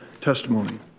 testimony